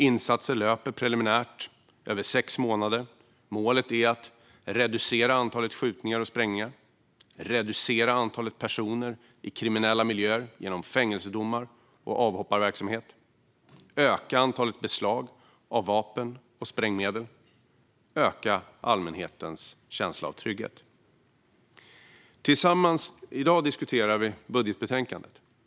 Insatserna löper preliminärt över sex månader. Målet är att reducera antalet skjutningar och sprängningar, reducera antalet personer i kriminella miljöer genom fängelsedomar och avhopparverksamhet, öka antalet beslag av vapen och sprängmedel och öka allmänhetens känsla av trygghet. I dag diskuterar vi budgetbetänkandet.